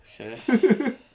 Okay